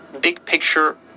big-picture